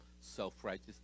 self-righteous